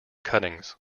cuttings